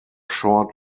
short